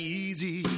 easy